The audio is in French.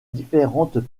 différentes